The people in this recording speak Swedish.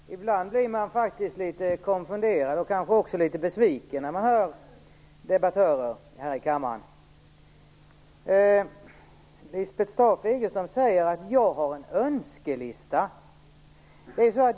Herr talman! Ibland blir man faktiskt litet konfunderad och kanske också litet besviken när man hör debattörer här i kammaren. Lisbeth Staaf-Igelström säger att jag har en önskelista.